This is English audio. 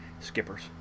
skippers